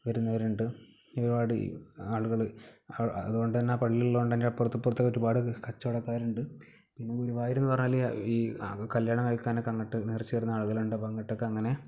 വരുന്നവരുണ്ട് ഒരുപാട് ഈ ആളുകള് അ അതുകൊണ്ട് തന്നെ ആ പള്ളി ഉള്ളത് കൊണ്ട് തന്നെ അപ്പുറത്തും ഇപ്പറത്തും ഒരുപാട് കച്ചവടക്കാരുണ്ട് ഗുരുവായൂർ എന്ന് പറഞ്ഞാല് ഈ കല്യാണം കഴിക്കാനൊക്കെ അങ്ങോട്ട് നേർച്ചയിടുന്ന ആളുകള് ഉണ്ട് അപ്പം അങ്ങോട്ടേയ്ക്ക് അങ്ങനെ